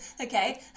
okay